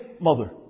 mother